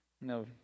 No